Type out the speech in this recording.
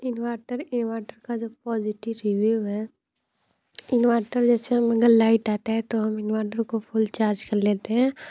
inverter inverter का जो positive review है इनवर्टर जैसे हम अगर लाइट आता है तो हम इनवर्टर को फुल चार्ज कर लेते हैं